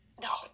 no